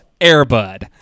Airbud